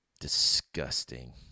Disgusting